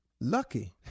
Lucky